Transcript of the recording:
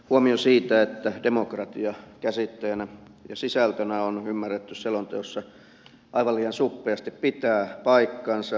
huomio siitä että demokratia käsitteenä ja sisältönä on ymmärretty selonteossa aivan liian suppeasti pitää paikkansa